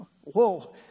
Whoa